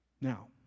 Now